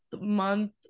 month